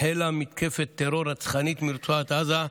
החלה מתקפת טרור רצחנית מרצועת עזה,